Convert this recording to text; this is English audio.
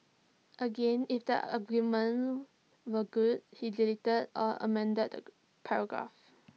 again if the arguments were good he deleted or amended the paragraphs